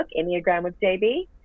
EnneagramWithJB